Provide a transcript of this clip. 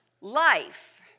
life